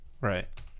right